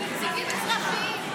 נציגים אזרחיים,